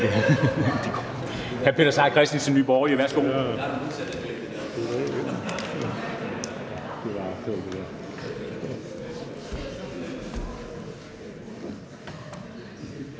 Hr. Peter Seier Christensen, Nye Borgerlige.